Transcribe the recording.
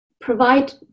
provide